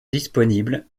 disponible